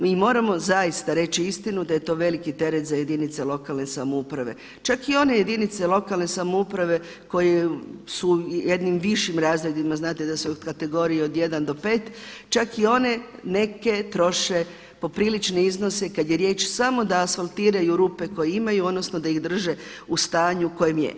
Mi moramo zaista reći istinu da je to veliki teret za jedinice lokalne samouprave čak i one jedinice lokalne samouprave koje su u jednim višim razredima, znate da su u kategoriji od 1 do 5, čak i one neke troše poprilične iznose kada je riječ samo da asfaltiraju rupe koje imaju odnosno da ih drže u stanju u kojem je.